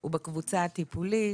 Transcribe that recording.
הוא בקבוצה הטיפולית.